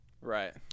Right